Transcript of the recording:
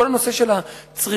כל הנושא של הצריכה,